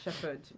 shepherd